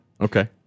Okay